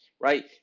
right